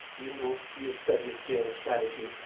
you know, you studied geo-strategy.